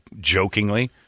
jokingly